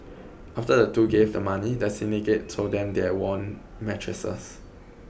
after the two gave the money the syndicate told them that they won mattresses